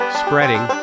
spreading